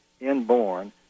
inborn